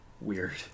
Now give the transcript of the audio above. Weird